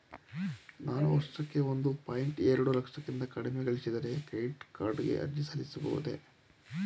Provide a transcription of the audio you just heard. ನಾನು ವರ್ಷಕ್ಕೆ ಒಂದು ಪಾಯಿಂಟ್ ಎರಡು ಲಕ್ಷಕ್ಕಿಂತ ಕಡಿಮೆ ಗಳಿಸಿದರೆ ಕ್ರೆಡಿಟ್ ಕಾರ್ಡ್ ಗೆ ಅರ್ಜಿ ಸಲ್ಲಿಸಬಹುದೇ?